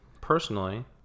personally